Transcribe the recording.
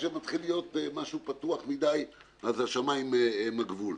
כשמתחיל להיות משהו פתוח מדיי אז השמים הם הגבול.